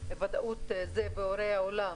ודאות זה בורא עולם.